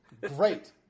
Great